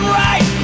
right